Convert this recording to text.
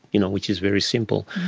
you know which is very simple,